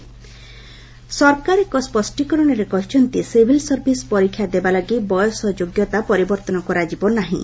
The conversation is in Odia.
ଗଭ୍ଟ ୟୁପିଏସ୍ସି ସରକାର ଏକ ସ୍ୱଷ୍ଟୀକରଣରେ କହିଚ୍ଚନ୍ତି ସିଭିଲ୍ ସର୍ଭିସ୍ ପରୀକ୍ଷା ଦେବାଲାଗି ବୟସ ଯୋଗ୍ୟତା ପରିବର୍ତ୍ତନ କରାଯିବ ନାହିଁ